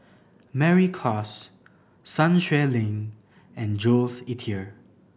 Mary Klass Sun Xueling and Jules Itier